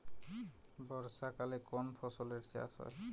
বর্ষাকালে কোন ফসলের চাষ হয়?